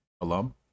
Alum